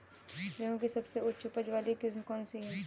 गेहूँ की सबसे उच्च उपज बाली किस्म कौनसी है?